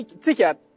ticket